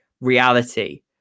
reality